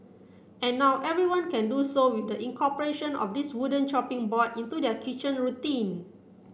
and now everyone can do so would incorporation of this wooden chopping board into their kitchen routine